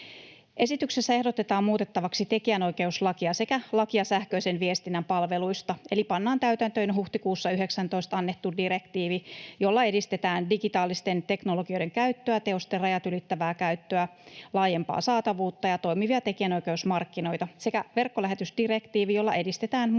Esityksessä ehdotetaan muutettavaksi tekijänoikeuslakia sekä lakia sähköisen viestinnän palveluista eli pannaan täytäntöön huhtikuussa 19 annettu direktiivi, jolla edistetään digitaalisten teknologioiden käyttöä, teosten rajat ylittävää käyttöä, laajempaa saatavuutta ja toimivia tekijänoikeusmarkkinoita, sekä verkkolähetysdirektiivi, jolla edistetään muista